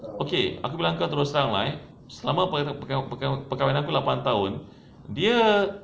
okay aku bilang kau terus terang lah eh selama perkah~ perkahwinan aku lapan tahun dia